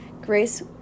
Grace